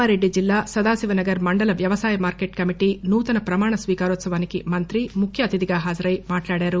కామారెడ్డి జిల్లా సదాశివనాగర్ మండలం వ్యవసాయ మార్కెట్ కమిటీ నూతన ప్రమాణ స్వీకారోత్సవానికి మంత్రి ముఖ్య అతిథిగా హాజరై మాట్లాడారు